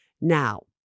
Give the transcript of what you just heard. Now